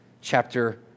chapter